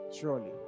Surely